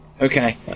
Okay